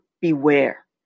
beware